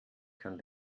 kann